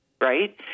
right